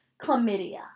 chlamydia